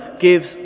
gives